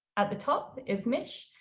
at the top is mish,